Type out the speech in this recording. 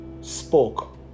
spoke